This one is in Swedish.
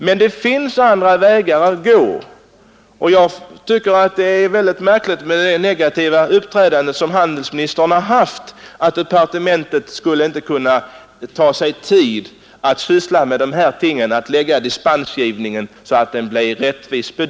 Men det finns andra vägar att gå, och jag tycker därför att det är märkligt med handelsministerns negativa uppträdande: departementet skulle inte kunna ta sig tid att syssla med dispensgivningens utformning så att bedömningen blev rättvis.